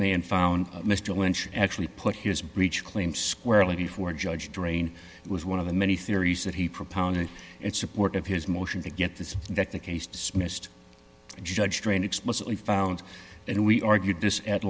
mcmahon found mr lynch actually put his breech claim squarely before judge drain was one of the many theories that he proponent and support of his motion to get this that the case dismissed judge trained explicitly found and we argued this at